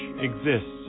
exists